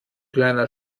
kleiner